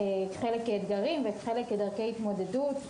חלק כאתגרים וחלק כדרכי התמודדות.